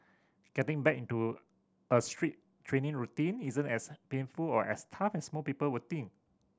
getting back into a strict training routine isn't as painful or as tough as most people would think